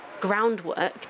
groundwork